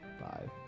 Five